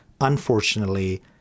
unfortunately